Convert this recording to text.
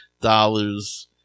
dollars